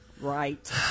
Right